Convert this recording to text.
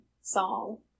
song